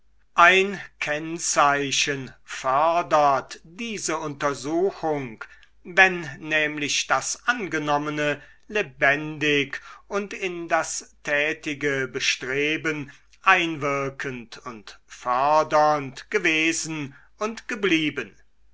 ein kennzeichen fördert diese untersuchung wenn nämlich das angenommene lebendig und in das tätige bestreben einwirkend und fördernd gewesen und geblieben